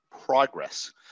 progress